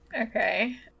Okay